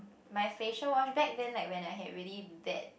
my facial wash back then like when I have really bad